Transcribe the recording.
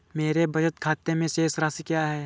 मेरे बचत खाते में शेष राशि क्या है?